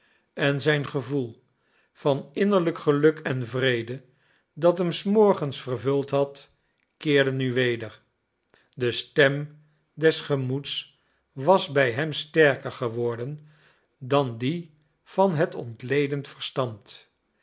en zijn gevoel van innerlijk geluk en vrede dat hem s morgens vervuld had keerde nu weder de stem des gemoeds was bij hem sterker geworden dan die van het ontledend verstand